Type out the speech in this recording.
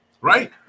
right